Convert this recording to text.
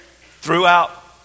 throughout